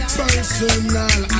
personal